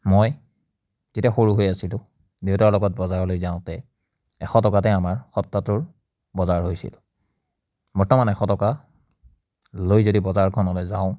মই যেতিয়া সৰু হৈ আছিলোঁ দেউতাৰ লগত বজাৰলৈ যাওঁতে এশ টকাতে আমাৰ সপ্তাহটোৰ বজাৰ হৈছিল বৰ্তমান এশ টকা লৈ যদি বজাৰখনলৈ যাওঁ